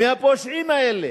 מהפושעים האלה,